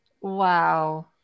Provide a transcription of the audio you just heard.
wow